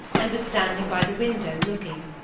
and was standing by the window, looking.